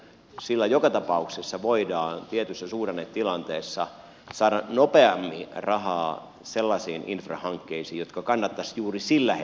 sillä joka tapauksessa voidaan tietyssä suhdannetilanteessa saada nopeammin rahaa sellaisiin infrahankkeisiin jotka kannattaisi juuri sillä hetkellä tehdä